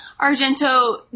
Argento